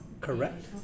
Correct